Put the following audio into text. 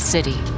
City